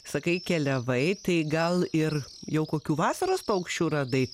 sakai keliavai tai gal ir jau kokių vasaros paukščių radai